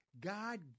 God